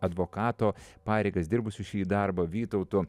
advokato pareigas dirbusiu šį darbą vytautu